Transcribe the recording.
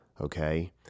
Okay